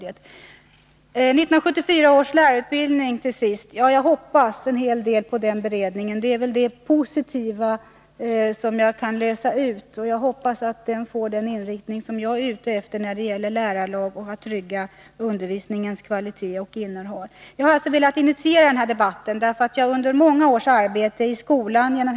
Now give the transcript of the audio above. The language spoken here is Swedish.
Nr 115 Till sist vill jag säga beträffande 1974 års lärarutbildning att jag hoppas en hel del på den beredningen. Hänvisningen till den är det positiva jag kan utläsa av svaret. Jag hoppas lärarutbildningen får den inriktning som jag är ute efter när det gäller lärarlag och när det gäller att trygga undervisningens kvalitet och innehåll. Jag har velat initiera den här debatten, därför att jag genom många års arbete med skolfrågor i bl.a.